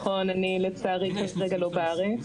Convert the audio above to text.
נכון, אני לצערי כרגע לא בארץ,